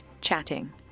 chatting